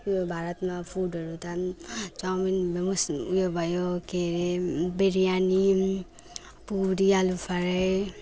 उयो भारतमा फुडहरू त चाउमिन मुस् उयो भयो के रे बिर्यानी पुरी आलु फ्राई